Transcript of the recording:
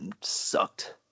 sucked